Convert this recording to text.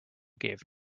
gave